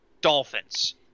Dolphins